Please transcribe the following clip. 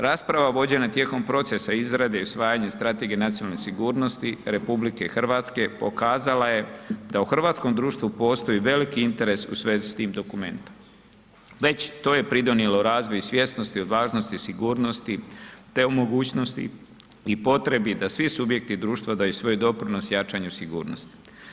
Rasprava vođena tijekom procesa izrade i usvajanja strategije nacionalne sigurnosti RH pokazala je da u hrvatskom društvu postoji veliki interes u svezi s tim dokumentom, već to je pridonijelo razvoju i svjesnosti od važnosti i sigurnosti, te u mogućnosti i potrebi da svi subjekti društva daju svoj doprinos jačanju sigurnosti.